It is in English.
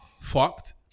fucked